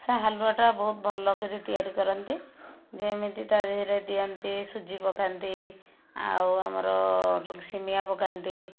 ସେ ହାଲୁଆଟା ବହୁତ ଭଲକରି ତିଆରି କରନ୍ତି ଯେମିତି ତା ଦିହେରେ ଦିଅନ୍ତି ସୁଜି ପକାନ୍ତି ଆଉ ଆମର ସିମିଆ ପକାନ୍ତି